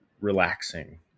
relaxing